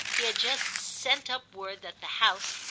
he had just sent up word that the house,